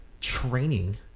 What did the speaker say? training